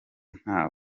nta